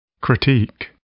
critique